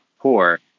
poor